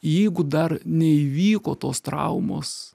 jeigu dar neįvyko tos traumos